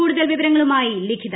കൂടുതൽ വിവരങ്ങളുമായി ലിഖിത